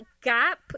gap